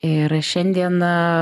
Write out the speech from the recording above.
ir šiandieną